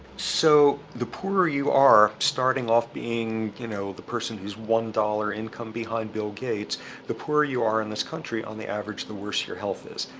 so, the poorer you are starting off being you know the person who is one dollar of income behind bill gates the poorer you are in this country on the average, the worse your health is.